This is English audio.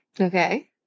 Okay